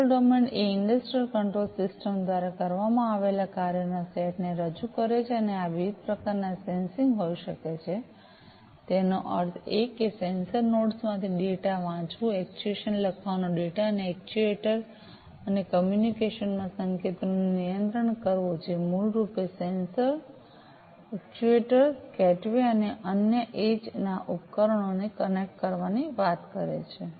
control domain એ industrial control system દ્વારા કરવામાં આવેલા કાર્યોના સેટ ને રજૂ કરે છે અને આ વિવિધ પ્રકારના સેન્સિંગ હોઈ શકે છે તેનો અર્થ એ કે સેન્સર નોડ્સ માંથી ડેટા વાંચવું એક્ચ્યુએશન લખવાનો ડેટા અને એક્ચ્યુએટર અને કમ્યુનિકેશન માં સંકેતોને નિયંત્રિત કરવો જે મૂળ રૂપે સેન્સર્સ એક્ટ્યુએટર્સ ગેટવે અને અન્ય એડ્જના ઉપકરણોને કનેક્ટ કરવાની વાત કરે છે